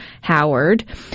Howard